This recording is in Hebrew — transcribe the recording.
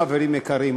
חברים יקרים,